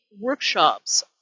workshops